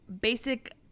basic